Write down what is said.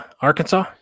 Arkansas